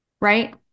right